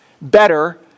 better